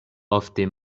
ofte